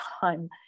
time